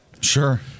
Sure